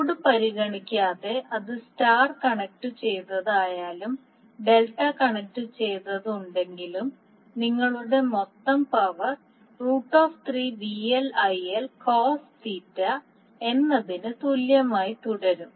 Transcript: load പരിഗണിക്കാതെ അത് star കണക്റ്റുചെയ്തതായാലും ഡെൽറ്റ കണക്റ്റുചെയ്തിട്ടുണ്ടെങ്കിലും നിങ്ങളുടെ മൊത്തം പവർ എന്നതിന് തുല്യമായി തുടരും